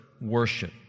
worship